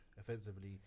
offensively